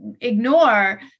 ignore